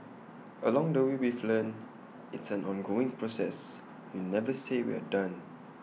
along the way we've learnt it's an ongoing process you never say we're done